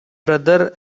brother